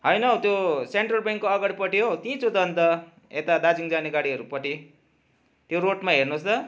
होइन हो त्यो सेन्ट्रल ब्याङ्कको अगाडिपट्टि हो त्यहीँ छु त अन्त यता दार्जिलिङ जाने गाडीहरूपट्टि त्यो रोडमा हेर्नु होस् त